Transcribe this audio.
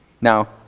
Now